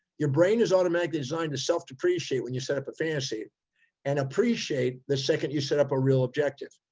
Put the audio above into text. your brain is automatically designed to self depreciate. when you set up a fantasy and appreciate the second you set up a real objective.